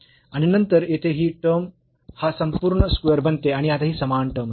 आणि नंतर येथे ही टर्म हा संपूर्ण स्क्वेअर बनते आणि आता ही समान टर्म आहे